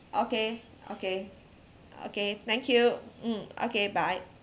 okay okay okay thank you mm okay bye